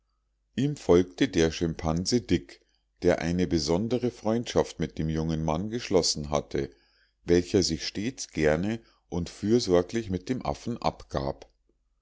ihm folgte der schimpanse dick der eine besondere freundschaft mit dem jungen mann geschlossen hatte welcher sich stets gerne und fürsorglich mit dem affen abgab